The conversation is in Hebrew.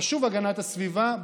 חשובה הגנת הסביבה,